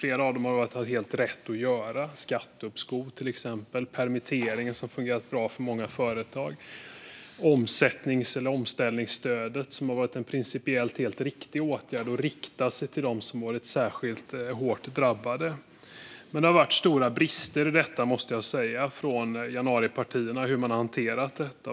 Flera av dem har varit helt rätt att genomföra, till exempel skatteuppskov och permittering, som har fungerat bra för många företag. Det gäller även omställningsstödet, som har varit en principiellt helt riktig åtgärd och har riktat sig till dem som har drabbats särskilt hårt. Men det har funnits stora brister i hur januaripartierna har hanterat detta.